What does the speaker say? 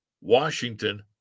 Washington